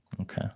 okay